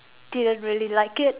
didn't really like it